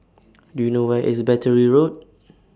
Do YOU know Where IS Battery Road